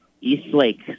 Eastlake